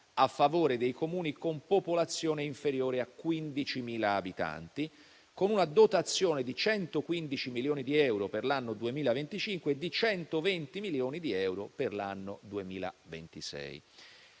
a favore dei Comuni con popolazione inferiore a 15.000 abitanti, con una dotazione di 115 milioni di euro per l'anno 2025 e di 120 milioni di euro per l'anno 2026.